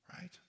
right